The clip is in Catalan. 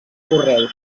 correu